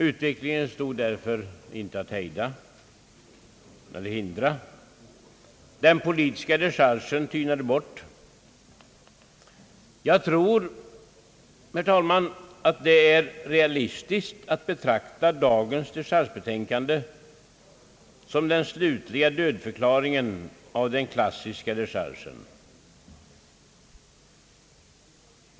Utvecklingen stod därför inte att hindra. Den politiska dechargen tynade bort. Jag tror, herr talman, att det är realistiskt att betrakta dagens dechargebetänkande som den slutliga dödförklaringen av den klassiska dechargen.